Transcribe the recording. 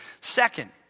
Second